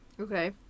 Okay